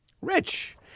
Rich